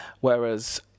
whereas